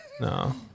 No